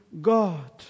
God